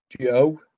Joe